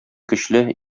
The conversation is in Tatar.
көчле